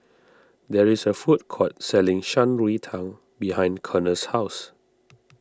there is a food court selling Shan Rui Tang behind Connor's house